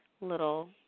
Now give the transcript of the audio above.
little